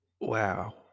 wow